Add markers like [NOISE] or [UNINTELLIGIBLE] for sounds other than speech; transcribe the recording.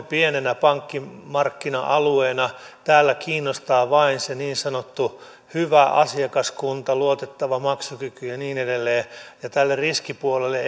[UNINTELLIGIBLE] pienenä pankkimarkkina alueena kiinnostaa vain se niin sanottu hyvä asiakaskunta luotettava maksukykyinen ja niin edelleen ja tälle riskipuolelle [UNINTELLIGIBLE]